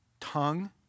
Tongue